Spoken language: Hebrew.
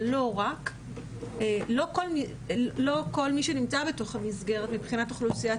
אבל לא רק - לא כל מי שנמצא בתוך המסגרת מבחינת אוכלוסיית